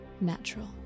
natural